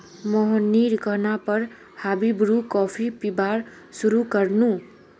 मोहिनीर कहना पर हामी ब्रू कॉफी पीबार शुरू कर नु